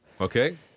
Okay